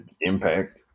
Impact